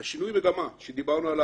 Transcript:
שינוי המגמה עליו דיברנו,